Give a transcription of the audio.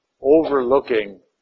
overlooking